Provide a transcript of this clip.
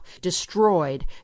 destroyed